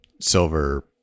silver